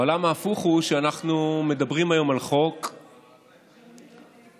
לא היה מקום אחד שאני מכיר, בכל הארץ,